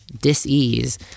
dis-ease